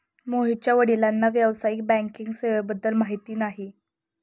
मोहितच्या वडिलांना व्यावसायिक बँकिंग सेवेबद्दल माहिती नाही